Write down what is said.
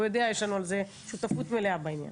הוא יודע, יש לנו על זה שותפות מלאה בעניין.